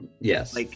Yes